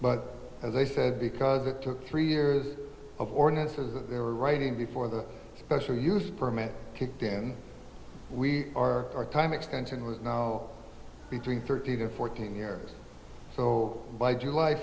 but as i said because it took three years of ordinance of writing before the special use permit kicked in we are our time extension was now between thirty to fourteen years so by july